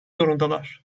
zorundalar